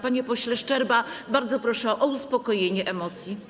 Panie pośle Szczerba, bardzo proszę o uspokojenie emocji.